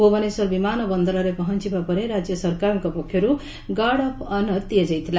ଭୁବନେଶ୍ୱର ବିମାନ ବନ୍ଦରରେ ପହଞ୍ ବା ପରେ ରାଜ୍ୟ ସରକାରଙ୍କ ପକ୍ଷରୁ ଗାର୍ଡ ଅଫ୍ ଅନ୍ର ଦିଆଯାଇଥିଲା